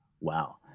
wow